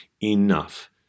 enough